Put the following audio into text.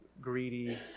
greedy